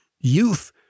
youth